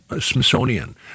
Smithsonian